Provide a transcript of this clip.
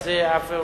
הבנת את זה, עפו?